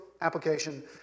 application